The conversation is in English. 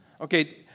Okay